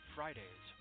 Fridays